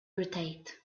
rotate